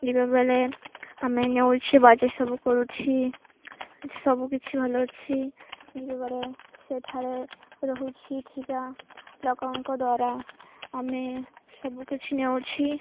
ଯିବାବେଲେ ଆମେ ନେଉଛେ ବାଜାର ସବୁ କରୁଛି ସବୁକିଛି ଭଲ ଅଛି ଯିବେବେଲେ ସେଠାରେ ରହୁଛି ଲୋକଙ୍କ ଦ୍ୱାରା ଆମେ ସବୁକିଛି ନେଉଛି